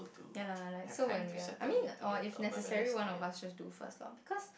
ya lah like so when we are I mean or if necessary one of us just do first loh because